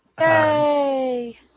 Yay